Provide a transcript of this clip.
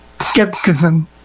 skepticism